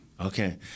Okay